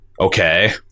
Okay